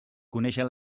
conéixer